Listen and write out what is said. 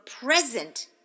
present